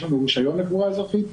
יש לנו רישיון לקבורה אזרחית,